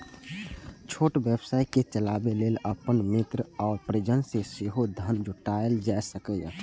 छोट व्यवसाय कें चलाबै लेल अपन मित्र आ परिजन सं सेहो धन जुटायल जा सकैए